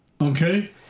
Okay